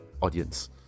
audience